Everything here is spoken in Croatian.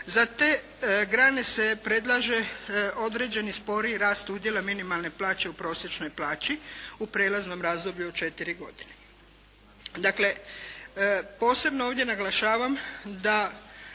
Za te grane se predlaže određeni spori rast udjela minimalne plaće u prosječnoj plaći u prijelaznom razdoblju od četiri godine.